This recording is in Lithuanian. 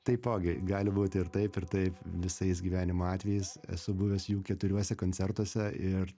taipogi gali būti ir taip ir taip visais gyvenimo atvejais esu buvęs jų keturiuose koncertuose ir